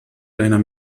deiner